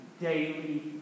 daily